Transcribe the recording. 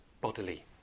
bodily